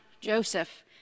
Joseph